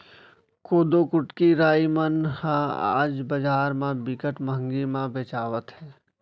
कोदो, कुटकी, राई मन ह आज बजार म बिकट महंगी म बेचावत हे